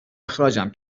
اخراجم